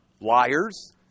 liars